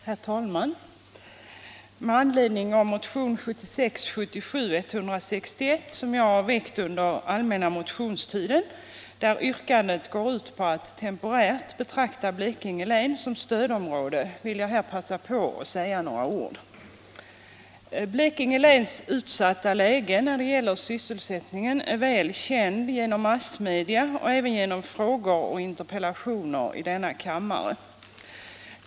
Herr talman! Jag vill passa på att säga några ord med anledning av motion 1976/77:161, som jag väckt under den allmänna motionstiden och där yrkandet är att Blekinge län temporärt skall betraktas som stödområde. Blekinge läns utsatta läge när det gäller sysselsättningen är väl känt genom massmedia och även genom frågor och interpellationer i denna kammare.